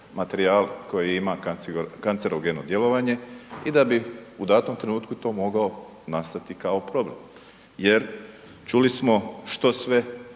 materijal koji ima kancerogeno djelovanje i da bi u datom trenutku to mogao nastati kao problem, jer čuli smo što sve